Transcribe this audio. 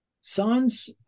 science